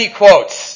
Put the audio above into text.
quotes